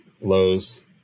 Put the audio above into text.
lows